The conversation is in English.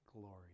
glory